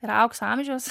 yra aukso amžius